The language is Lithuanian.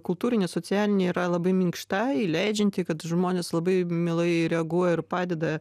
kultūrinė socialinė yra labai minkšta įleidžianti kad žmonės labai mielai reaguoja ir padeda